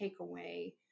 takeaway